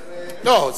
הוא כל הזמן לוחץ?